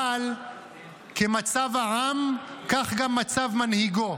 אבל כמצב העם כך גם מצב מנהיגו.